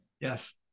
yes